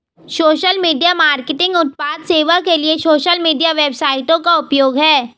social media marketing उत्पाद सेवा के लिए सोशल मीडिया वेबसाइटों का उपयोग है